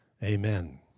Amen